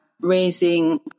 raising